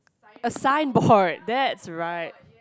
a signboard that's right